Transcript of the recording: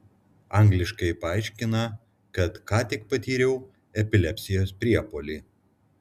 angliškai paaiškina kad ką tik patyriau epilepsijos priepuolį